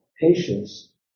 patience